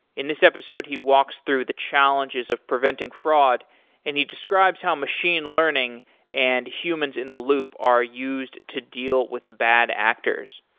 in this episode he walks through the challenges of preventing fraud and he describes how machine learning and humans in the loop are used to deal with bad actors.